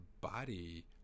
body